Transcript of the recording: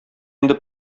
инде